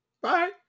Bye